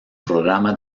programa